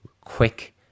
quick